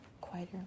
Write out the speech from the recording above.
quieter